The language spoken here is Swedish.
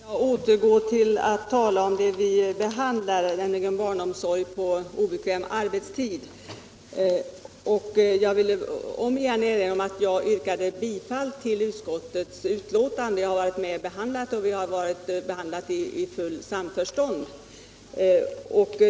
Herr talman! Får jag återgå till att tala om det som vi behandlar, nämligen barnomsorg på obekväm arbetstid. Jag vill återigen erinra om att jag yrkade bifall till utskottets förslag. Jag har varit med om att behandla det, och vi har behandlat det i fullt samförstånd i utskottet.